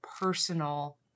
personal